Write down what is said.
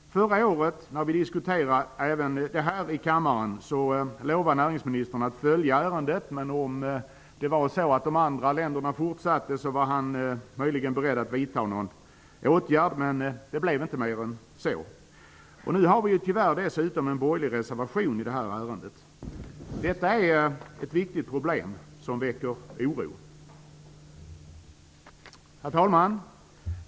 Förra året när vi diskuterade det här i kammaren lovade näringsministern att följa ärendet. Om de andra länderna fortsatte med subventionerna var han möjligen beredd att vidta någon åtgärd. Mer än så blev det inte. Dessutom finns det tyvärr en borgerlig reservation i det här ärendet. Detta är ett viktigt problem som väcker oro. Herr talman!